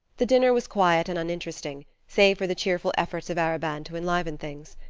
the dinner was quiet and uninteresting, save for the cheerful efforts of arobin to enliven things.